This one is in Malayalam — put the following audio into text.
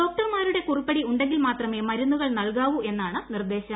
ഡോക്ടർമാരുടെ കുറിപ്പടി ഉണ്ടെങ്കിൽ മൃത്ദ്മേ മരുന്നുകൾ നൽകാവൂ എന്നാണ് നിർദ്ദേശം